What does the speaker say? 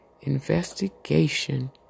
investigation